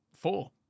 four